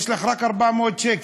יש לך רק 400 שקל.